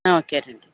ఓకేనండి